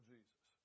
Jesus